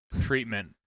treatment